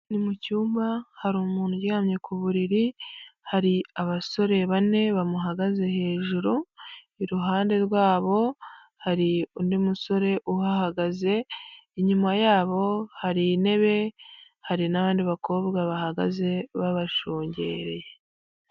Ni mu cyumba, hari umuntu uryamye ku buriri, hari abasore bane bamuhagaze hejuru, iruhande rwabo hari undi musore uhahagaze, inyuma yabo hari intebe hari n'abandi bakobwa bahagaze babashungereye.